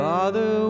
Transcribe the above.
Father